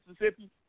Mississippi